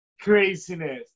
craziness